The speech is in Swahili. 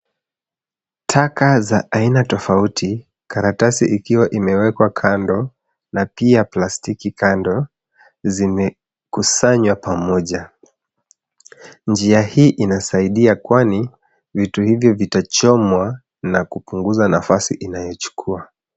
Taka za aina tofauti, karatasi ikiwa imewekwa kando na pia plastiki kando, zimekusanywa pamoja. Njia hii inasaidia kwani vitu hivyo vitachomwa na kupunguza nafasi inayochukua.